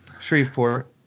Shreveport